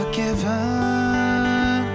Forgiven